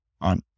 on